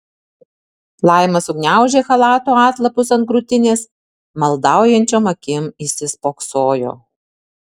laima sugniaužė chalato atlapus ant krūtinės maldaujančiom akim įsispoksojo